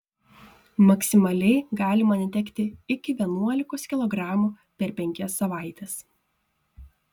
maksimaliai galima netekti iki vienuolikos kilogramų per penkias savaites